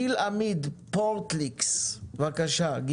גיל אמיד מ"פורטליקס", בבקשה.